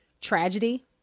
tragedy